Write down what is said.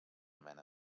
mena